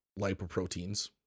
lipoproteins